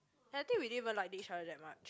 and I think we didn't even like each other that much